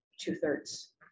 two-thirds